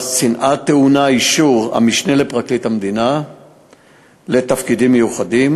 שנאה טעונה אישור המשנה לפרקליט המדינה לתפקידים מיוחדים,